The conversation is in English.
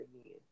again